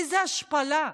איזו השפלה.